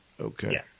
Okay